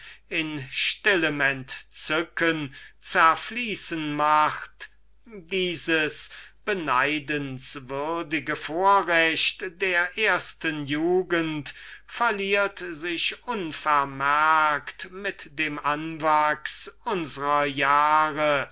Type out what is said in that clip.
in stillem entzücken zerfließen macht dieses beneidenswürdige vorrecht der ersten jugend verliert sich mit dem anwachs unsrer jahre